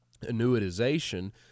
annuitization